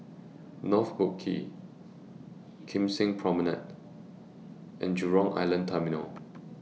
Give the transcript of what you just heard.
North Boat Quay Kim Seng Promenade and Jurong Island Terminal